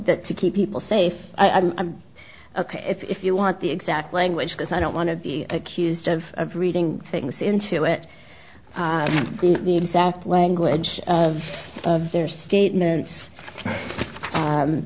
that to keep people safe i'm ok if you want the exact language because i don't want to be accused of of reading things into it the exact language of their statements